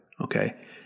Okay